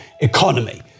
economy